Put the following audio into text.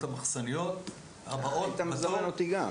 את המחסניות הבאות בתור, גם